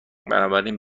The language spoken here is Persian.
بنابراین